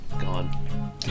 gone